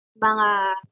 mga